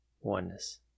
Oneness